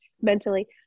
mentally